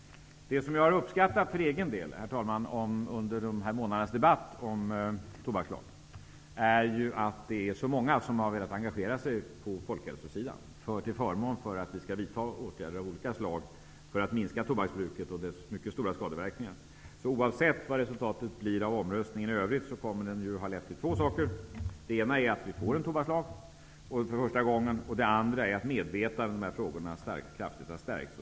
Det jag för egen del, herr talman, har uppskattat under dessa månaders debatt om tobakslagen är att så många velat engagera sig på folkhälsosidan för att vi skall vidta åtgärder av olika slag för att minska tobaksbruket och dess mycket stora skadeverkningar. Oavsett vad resultatet av omröstningen blir för övrigt, kommer den att ha lett till två saker. Den ena är att vi för första gången får en tobakslag. Den andra är att medvetandet om dessa frågor kraftigt har stärkts.